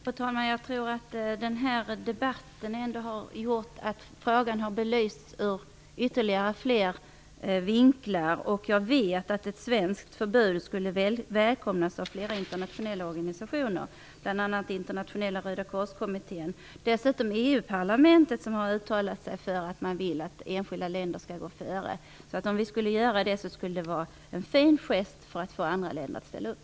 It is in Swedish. Fru talman! Jag tror att den här debatten ändå har gjort att frågan belysts ur ytterligare fler vinklar. Jag vet att ett svenskt förbud skulle välkomnas av flera internationella organisationer, bl.a. Internationella röda kors-kommittén. Dessutom har EU-parlamentet uttalat att man vill att enskilda länder skall gå före. Om vi skulle göra det skulle det vara en fin gest för att få andra länder att ställa upp.